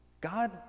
God